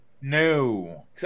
No